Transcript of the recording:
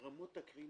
רמות הקרינה